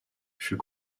fut